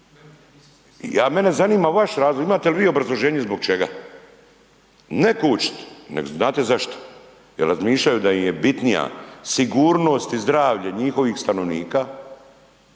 Mene zanima vaš razlog. Imate li vi obrazloženje zbog čega? Ne kočiti, nego znate zašto? Jer razmišljaju da im je bitnija sigurnost i zdravlje njihovih stanovnika